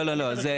לא, לא, לא.